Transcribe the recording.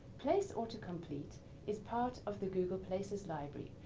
place autocomplete is part of the google places library.